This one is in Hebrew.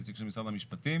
נציג של משרד המשפטים.